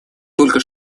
только